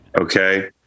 Okay